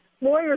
lawyers